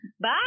Bye